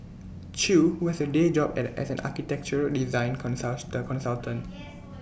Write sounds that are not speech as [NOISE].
chew who has A day job as an architectural design consult the consultant [NOISE]